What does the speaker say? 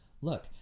look